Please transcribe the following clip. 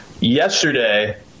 yesterday